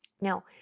Now